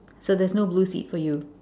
so there is no blue seat for you